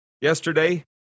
yesterday